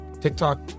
TikTok